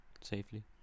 Safely